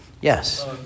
Yes